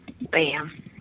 Bam